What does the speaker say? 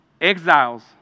exiles